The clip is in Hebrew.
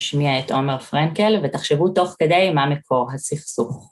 ‫נשמיע את עומר פרנקל, ‫ותחשבו תוך כדי מה מקור הסכסוך.